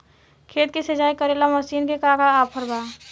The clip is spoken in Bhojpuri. खेत के सिंचाई करेला मशीन के का ऑफर बा?